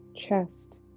Chest